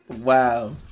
wow